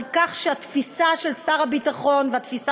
על כך שהתפיסה של שר הביטחון והתפיסה